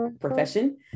profession